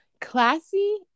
classy